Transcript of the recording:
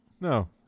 No